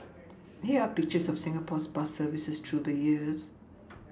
here are pictures of Singapore's bus services through the years